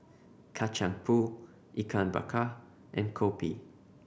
Kacang Pool Ikan Bakar and kopi